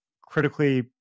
critically